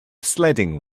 sledding